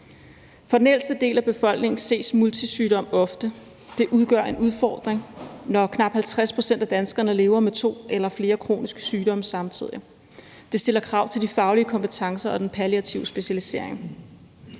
For den ældste del af befolkningen ses multisygdom ofte. Det udgør en udfordring, når knap 50 pct. af danskerne lever med to eller flere kroniske sygdomme samtidig. Det stiller krav til de faglige kompetencer og den palliative specialisering.